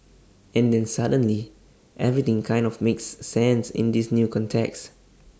and then suddenly everything kind of makes sense in this new context